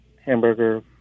hamburger